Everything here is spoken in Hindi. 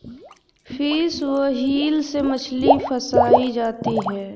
फिश व्हील से मछली फँसायी जाती है